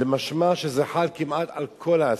משמע שזה חל כמעט על כל האסירים.